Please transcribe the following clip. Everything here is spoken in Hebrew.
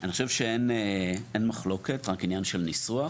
אני חושב שאין מחלוקת, רק עניין של ניסוח,